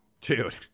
Dude